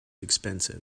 expensive